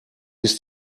ist